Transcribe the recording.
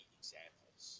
examples